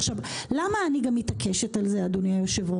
עכשיו, למה אני גם מתעקשת על זה, אדוני היושב-ראש?